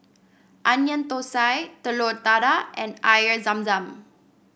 Onion Thosai Telur Dadah and Air Zam Zam